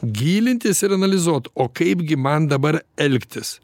gilintis ir analizuot o kaipgi man dabar elgtis